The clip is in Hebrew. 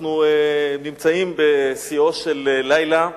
אנחנו נמצאים בשיאו של לילה,